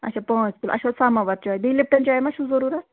اَچھا پانٛژ کِلوٗ اَچھا سَماوار چاے بیٚیہِ لِپٹن چاے ما چھُو ضروٗرت